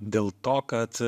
dėl to kad